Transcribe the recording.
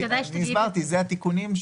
באפיק של